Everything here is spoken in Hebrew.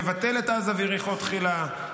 נבטל את עזה ויריחו תחילה,